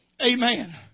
Amen